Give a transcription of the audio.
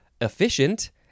efficient